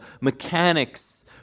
mechanics